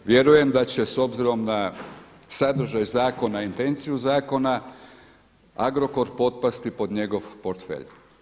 Vjerujem da će s obzirom na sadržaj zakona i intenciju zakona Agrokor potpasti pod njegov portfelj.